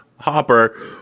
Hopper